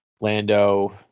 Lando